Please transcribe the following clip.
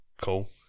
cool